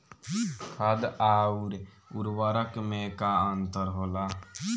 खाद्य आउर उर्वरक में का अंतर होला?